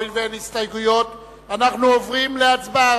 הואיל ואין הסתייגויות אנחנו עוברים להצבעה,